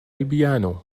البيانو